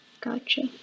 Gotcha